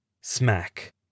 Smack